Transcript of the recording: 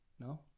No